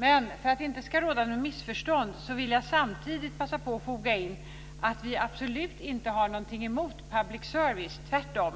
Men för att det inte ska råda något missförstånd vill jag samtidigt passa på att foga in att vi absolut inte har någonting emot public service - tvärtom.